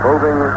Moving